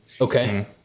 okay